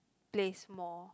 place more